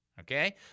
Okay